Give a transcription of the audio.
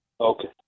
Okay